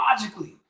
logically